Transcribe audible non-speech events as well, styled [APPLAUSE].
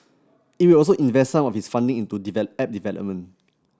it will also invest some of its funding into [UNINTELLIGIBLE] app development